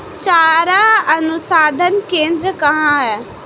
चारा अनुसंधान केंद्र कहाँ है?